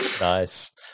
Nice